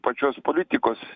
pačios politikos